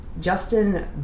Justin